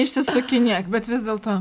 išsisukinėk bet vis dėlto